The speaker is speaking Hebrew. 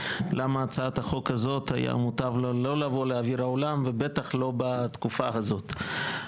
למה הצעת החוק הזאת היה מוטב לא להביא לעולם ובטח לא בתקופה הזאת.